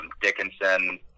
Dickinson